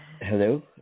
Hello